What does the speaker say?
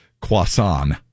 croissant